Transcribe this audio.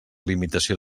limitació